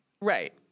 Right